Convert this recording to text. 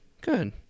Good